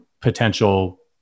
potential